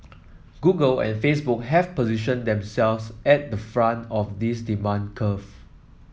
Google and Facebook have positioned themselves at the front of this demand curve